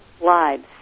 lives